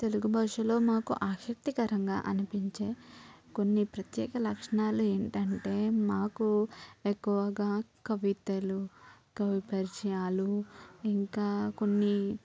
తెలుగుభాషలో మాకు ఆశక్తికరంగా అనిపించే కొన్ని ప్రత్యేక లక్షణాలు ఏమిటే మాకు ఎక్కువగా కవితలు కవిపరిచయాలు ఇంకా కొన్ని